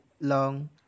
long